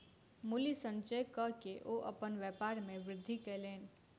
मूल्य संचय कअ के ओ अपन व्यापार में वृद्धि कयलैन